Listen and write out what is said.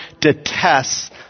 detests